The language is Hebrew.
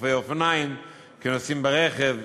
כרוכבי אופניים וכנוסעים ברכב.